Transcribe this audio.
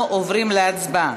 אנחנו עוברים להצבעה.